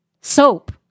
soap